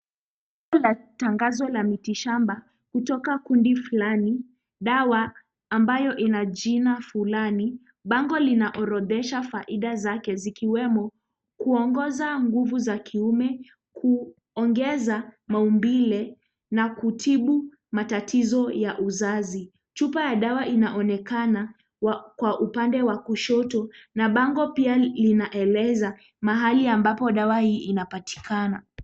Bango la tangazo la miti shamba, kutoka kundi fulani, dawa ambayo ina jina fulani. Bango lina orodhesha faida zake zikiwemo kuongoza nguvu za kiume, kuongeza maumbile, na kutibu matatizo ya uzazi. Chupa ya dawa inaonekana kwa upande wa kushoto. Na bango pia linaeleza mahali ambapo dawa hii inapatikana.